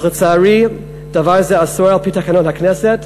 אך לצערי דבר זה אסור על-פי תקנון הכנסת,